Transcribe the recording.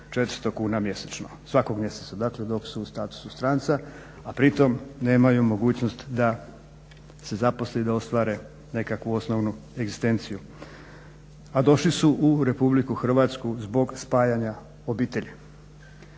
400 kuna mjesečno, svakog mjeseca dakle dok su u statusu stranca, a pritom nemaju mogućnost da se zaposle i da ostvare nekakvu osnovnu egzistenciju, a došli su u Republiku Hrvatsku zbog spajanja obitelji.